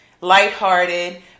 lighthearted